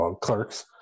clerks